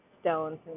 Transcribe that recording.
stones